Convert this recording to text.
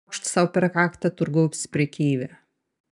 pliaukšt sau per kaktą turgaus prekeivė